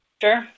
Sure